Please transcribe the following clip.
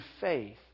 faith